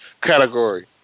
category